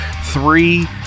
three